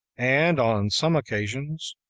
and, on some occasions,